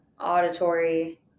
auditory